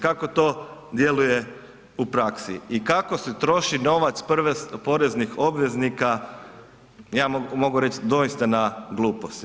Kako to djeluje u praksi i kako se troši novac poreznih obveznika, ja mogu reći dosita na gluposti.